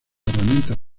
herramientas